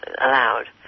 allowed